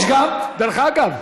יש גם, דרך אגב,